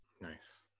nice